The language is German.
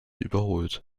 überholt